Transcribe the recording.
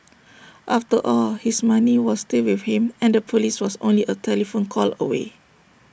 after all his money was still with him and the Police was only A telephone call away